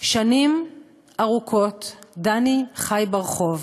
שנים ארוכות דני חי ברחוב.